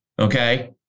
Okay